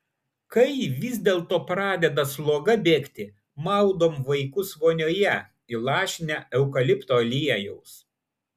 kai vis dėlto pradeda sloga bėgti maudom vaikus vonioje įlašinę eukalipto aliejaus